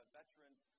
veterans